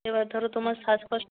এবার ধরো তোমার শ্বাসকষ্ট